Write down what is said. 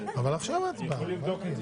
הכלכלית נדונה שם אז אפשר לדון בזה